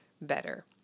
better